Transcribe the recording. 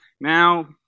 now